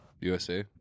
USA